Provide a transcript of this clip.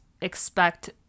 expect